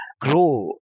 grow